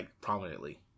prominently